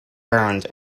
burned